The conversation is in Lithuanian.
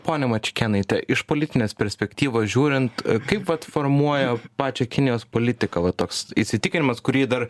ponia mačiukėnaite iš politinės perspektyvos žiūrint kaip vat formuoja pačią kinijos politiką va toks įsitikinimas kurį dar